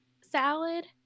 salad